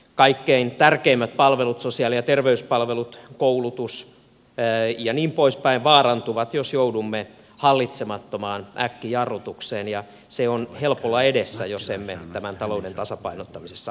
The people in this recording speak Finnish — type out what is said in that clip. kaikkein tärkeimmät palvelut sosiaali ja terveyspalvelut koulutus ja niin poispäin vaarantuvat jos joudumme hallitsemattomaan äkkijarrutukseen ja se on helpolla edessä jos emme tämän talouden tasapainottamisessa onnistu